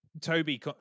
Toby